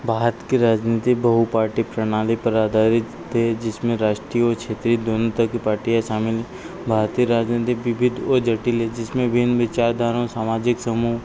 भारत की राजनीति बहुपार्टी प्रणाली पर आधारित है जिसमें राष्टीय ओर क्षेत्रीय दोनों तरह की पार्टियाँ शामिल भारतीय राजनीति विविध और जटिल है जिसमें भिन्न विचारधाराओं सामाजिक समूह